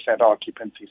occupancy